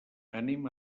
anem